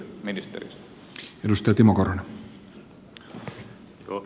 arvoisa puhemies